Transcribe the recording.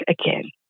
again